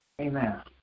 Amen